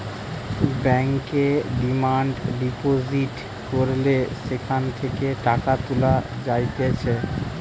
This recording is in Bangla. ব্যাংকে ডিমান্ড ডিপোজিট করলে সেখান থেকে টাকা তুলা যাইতেছে